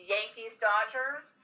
Yankees-Dodgers